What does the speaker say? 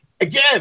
Again